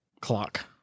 clock